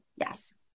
Yes